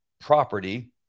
property